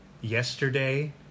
Yesterday